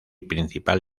principal